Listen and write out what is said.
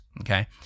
okay